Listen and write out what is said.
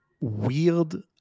weird